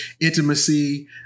intimacy